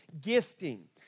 gifting